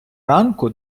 ранку